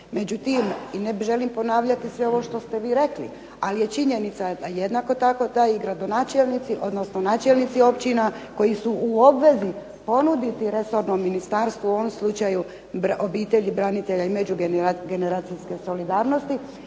Međutim i ne želim ponavljati sve ovo što ste vi rekli, ali je činjenica jednako tako da i gradonačelnici odnosno načelnici općina koji su u obvezi ponuditi resornom ministarstvu, u ovom slučaju obitelji, branitelja i međugeneracijske solidarnosti,